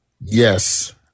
Yes